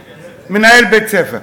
כן, כן, מנהל בית-ספר.